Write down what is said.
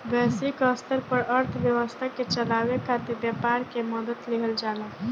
वैश्विक स्तर पर अर्थव्यवस्था के चलावे खातिर व्यापार के मदद लिहल जाला